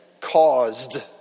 caused